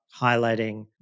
highlighting